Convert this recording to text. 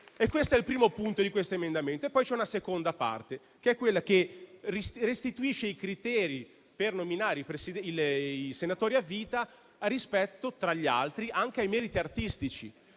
Questo è il primo punto dell'emendamento. Poi c'è una seconda parte, quella che restituisce i criteri per nominare i senatori a vita rispetto, tra gli altri, anche ai meriti artistici.